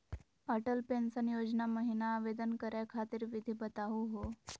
Atal pension Yojana महिना आवेदन करै खातिर विधि बताहु हो?